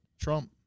Trump